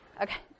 Okay